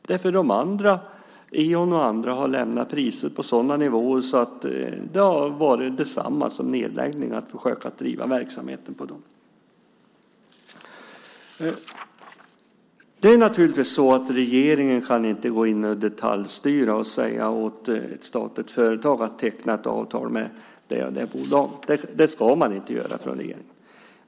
De andra, som exempelvis Eon, har lämnat priser på sådana nivåer att det har varit detsamma som nedläggning att försöka driva verksamheten med dem. Regeringen kan naturligtvis inte detaljstyra och säga åt ett statligt företag att teckna avtal med ett visst bolag. Det ska inte regeringen göra.